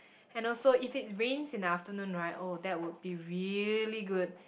and also if it rains in the afternoon right oh that would be really good